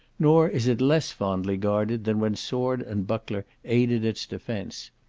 nor is it less fondly guarded than when sword and buckler aided its defence.